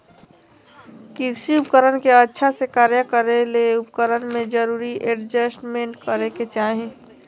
कृषि उपकरण के अच्छा से कार्य करै ले उपकरण में जरूरी एडजस्टमेंट करै के चाही